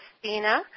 Christina